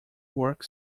work